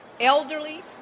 elderly